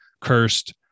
cursed